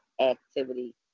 activity